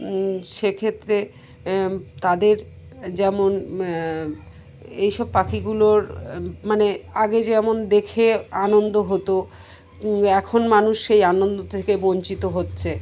সে ক্ষেত্রে তাদের যেমন এইসব পাখিগুলোর মানে আগে যেমন দেখে আনন্দ হতো এখন মানুষ সেই আনন্দ থেকে বঞ্চিত হচ্ছে